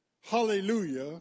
hallelujah